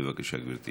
בבקשה, גברתי